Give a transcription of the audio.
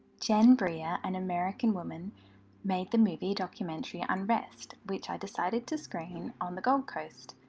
jen brea, yeah an american woman made the movie documentary unrest, which i decided to screen on the gold coast,